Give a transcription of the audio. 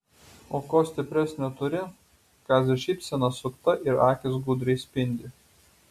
o ko stipresnio turi kazio šypsena sukta ir akys gudriai spindi